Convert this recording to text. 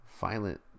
Violent